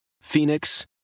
phoenix